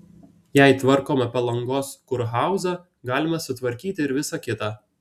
jei tvarkome palangos kurhauzą galime sutvarkyti ir visa kita